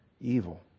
evil